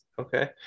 Okay